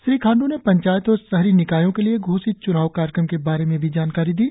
श्री खांड् ने पंचायत और शहरी निकायों के लिए घोषित च्नाव कार्यक्रम के बारे में भी जानकारी दी